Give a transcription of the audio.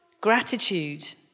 Gratitude